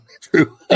true